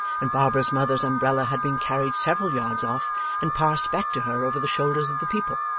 and barbara's mother's umbrella had been carried several yards off and passed back to her over the shoulders of the people,